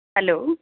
hello